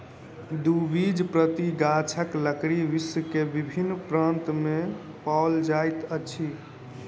द्विबीजपत्री गाछक लकड़ी विश्व के विभिन्न प्रान्त में पाओल जाइत अछि